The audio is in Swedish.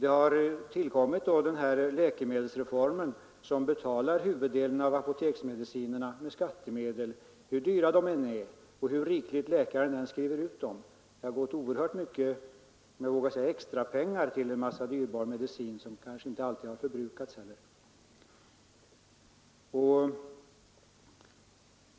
En läkemedelsreform har tillkommit som betalar huvuddelen av apoteksmedicinerna med skattemedel, hur dyra de än är och hur rikligt läkare än skriver ut dem. Det har gått oerhört mycket extra pengar till en mängd dyrbar medicin som kanske inte alltid har förbrukats.